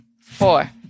four